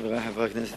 חברי חברי הכנסת,